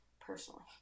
personally